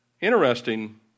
Interesting